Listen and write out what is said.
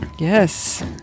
Yes